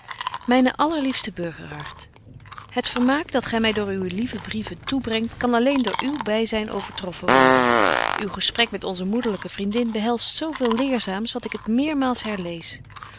allerliefste burgerhart het vermaak dat gy my door uwe lieve brieven toebrengt kan alleen door uw byzyn overtroffen worden uw gesprek met onze moederlyke vriendin behelst zo veel leerzaams dat ik het meermaal herlees